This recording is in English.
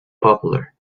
popular